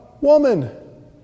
woman